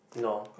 no